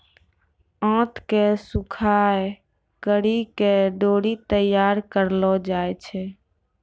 आंत के सुखाय करि के डोरी तैयार करलो जाय छै